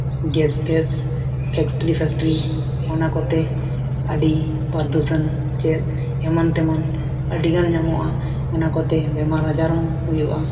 gas ᱯᱷᱮᱥ ᱚᱱᱟ ᱠᱚᱛᱮ ᱟᱹᱰᱤ ᱯᱚᱨ ᱫᱩᱥᱚᱱ ᱪᱮᱫ ᱮᱢᱟᱱᱼᱛᱮᱢᱟᱱ ᱟᱹᱰᱤᱜᱟᱱ ᱧᱟᱢᱚᱜᱼᱟ ᱚᱱᱟ ᱠᱚᱛᱮ ᱵᱤᱢᱟᱨ ᱟᱡᱟᱨ ᱦᱚᱸ ᱦᱩᱭᱩᱜᱼᱟ